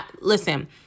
Listen